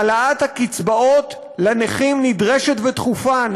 העלאת הקצבאות לנכים נדרשת ודחופה.